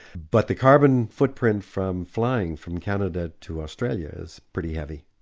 but the carbon footprint from flying from canada to australia is pretty heavy.